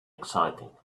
exciting